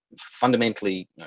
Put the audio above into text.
fundamentally